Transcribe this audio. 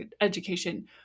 education